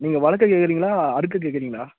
நீங்கள் வளர்க்க கேட்குறீங்களா அறுக்க கேட்குறீங்களா